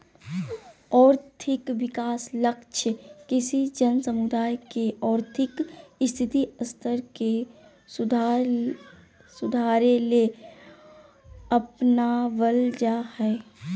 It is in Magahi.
और्थिक विकास लक्ष्य किसी जन समुदाय के और्थिक स्थिति स्तर के सुधारेले अपनाब्ल जा हइ